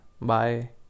Bye